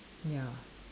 ya